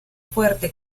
fuerte